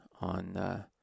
on